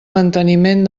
manteniment